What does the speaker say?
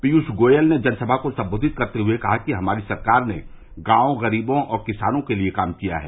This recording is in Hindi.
पीयूष गोयल ने जनसभा को सम्बोधित करते हुए कहा कि हमारी सरकार ने गाँव गरीबों और किसानों के लिए काम किया है